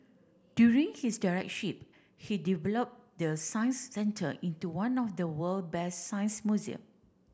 during his direct ship he developed the Science Centre into one of the world best science museum